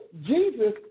Jesus